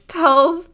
tells